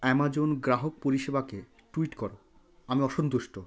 Amazon গ্রাহক পরিষেবাকে tweet করো আমি অসন্তুষ্ট